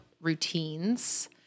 routines